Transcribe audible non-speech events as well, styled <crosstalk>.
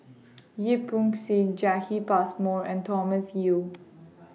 Yip Pin Xiu <unintelligible> Passmore and Thomas Yeo